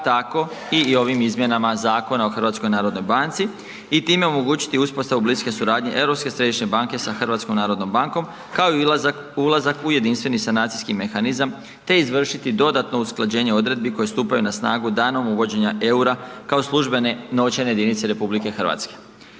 tako i ovim izmjenama Zakona o HNB-u i time omogućiti uspostavu bliske suradnje Europske središnje banke sa HNB-om kao i ulazak u jedinstveni sanacijski mehanizam te izvršiti dodatno usklađenje odredbi koje stupaju na snagu danom uvođenja eura kao službene novčane jedinice RH.